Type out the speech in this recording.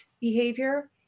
behavior